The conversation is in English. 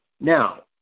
now